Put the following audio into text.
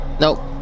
Nope